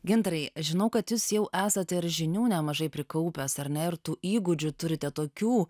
gintarai aš žinau kad jūs jau esate ir žinių nemažai prikaupęs ar ne ir tų įgūdžių turite tokių